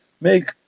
make